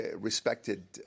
respected